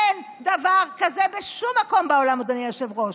אין דבר כזה בשום מקום בעולם, אדוני היושב-ראש.